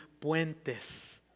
puentes